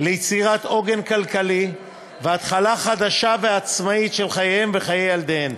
ליצירת עוגן כלכלי והתחלה חדשה ועצמאית של חייהן וחיי ילדיהן,